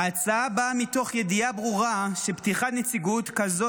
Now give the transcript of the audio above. ההצעה באה מתוך ידיעה ברורה שפתיחת נציגות כזו